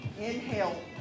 inhale